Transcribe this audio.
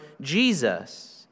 Jesus